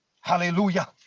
hallelujah